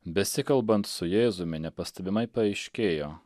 besikalbant su jėzumi nepastebimai paaiškėjo